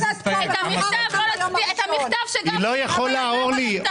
אני רוצה לדעת מתי